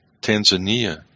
Tanzania